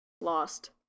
lost